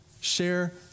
Share